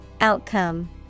Outcome